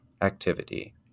activity